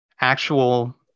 actual